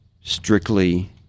strictly